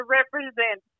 represent